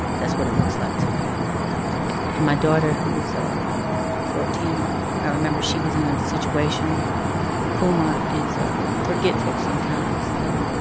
that's what it looks like to me nice and my daughter, who's um fourteen i remember she was in a situation puma is ah forgetful sometimes, and